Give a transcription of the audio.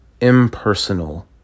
impersonal